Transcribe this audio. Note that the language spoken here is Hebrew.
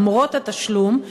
למרות התשלום,